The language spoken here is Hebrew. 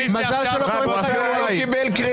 אני קורא אותך לסדר.